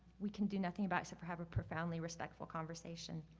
we can do nothing about except for have a profoundly respectful conversation.